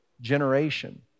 generation